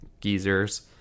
geezers